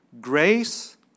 Grace